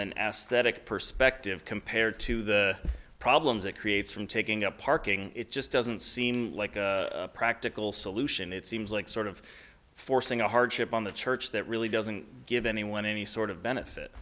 an ass that perspective compared to the problems it creates from taking up parking it just doesn't seem like a practical solution it seems like sort of forcing a hardship on the church that really doesn't give anyone any sort of benefit